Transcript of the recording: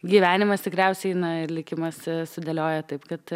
gyvenimas tikriausiai na ir likimas sudėlioja taip kad